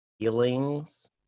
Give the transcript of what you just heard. feelings